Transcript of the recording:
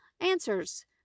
answers